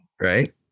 right